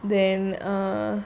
then err